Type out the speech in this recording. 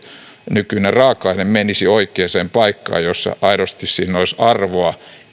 nykyinen raaka aine oikeaan paikkaan jossa aidosti olisi arvoa